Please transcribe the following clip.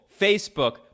Facebook